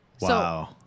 Wow